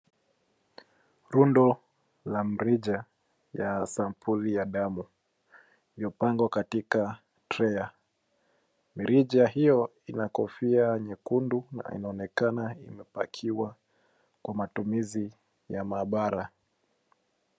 Rundo la mrija ya sampuli ya damu, imepangwa katika trei. Mirija hio inakofia nyekundu na inaonekana imepakiwa kwa matumizi ya maabara.